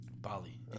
Bali